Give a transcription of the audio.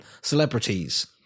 celebrities